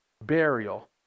burial